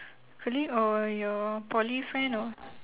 colleague or your poly friend or